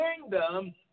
kingdom